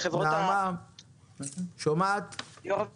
יו"ר הוועדה,